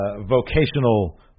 vocational